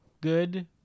good